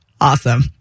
Awesome